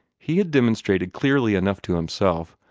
he had demonstrated clearly enough to himself,